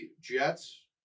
Jets